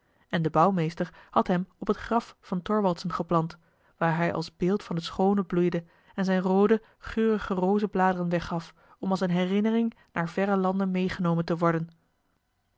en de bouwmeester had hem op het graf van thorwaldsen geplant waar hij als beeld van het schoone bloeide en zijn roode geurige rozebladeren weggaf om als een herinnering naar verre landen meegenomen te worden